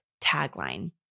tagline